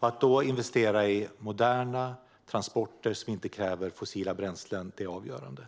Att då investera i moderna transporter som inte kräver fossila bränslen är avgörande.